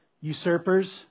usurpers